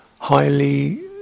highly